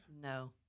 No